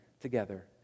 together